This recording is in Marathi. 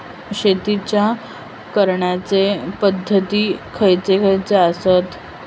शेतीच्या करण्याचे पध्दती खैचे खैचे आसत?